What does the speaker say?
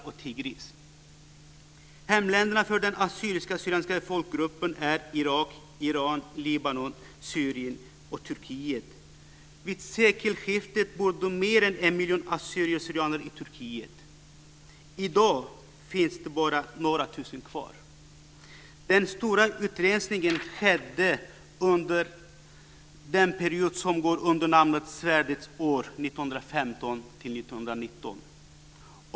Hemländerna för den assyrisk syrianer i Turkiet. I dag finns bara några tusen kvar. Den stora utrensningen skedde under en period som går under namnet svärdets år, 1915-1919.